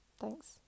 thanks